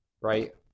right